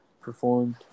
performed